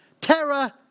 Terror